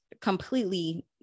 completely